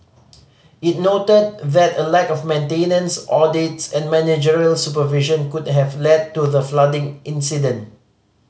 it noted a lack of maintenance audits and managerial supervision could have led to the flooding incident